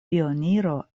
pioniro